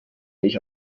ich